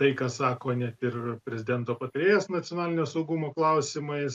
tai ką sako net ir prezidento patarėjas nacionalinio saugumo klausimais